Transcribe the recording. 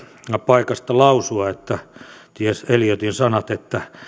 paikasta lausua t s eliotin sanat että